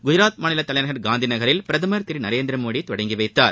குஜராத் மாநில தலைநகர் காந்திநகரில் பிரதமர் திரு நரேந்திரமோடி தொடங்கி வைத்தார்